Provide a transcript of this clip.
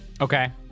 Okay